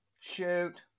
Shoot